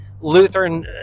Lutheran